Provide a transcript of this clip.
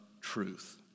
truth